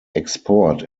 export